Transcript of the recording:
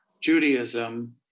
Judaism